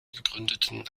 gegründeten